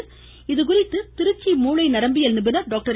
இத்தினம் குறித்து திருச்சி மூளை நரம்பியல் நிபுணர் டாக்டர்